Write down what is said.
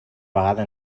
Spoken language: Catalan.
vegada